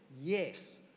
yes